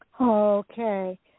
Okay